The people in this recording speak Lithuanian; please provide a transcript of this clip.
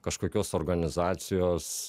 kažkokios organizacijos